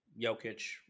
Jokic